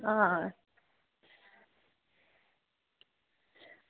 आं